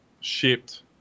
shipped